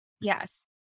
Yes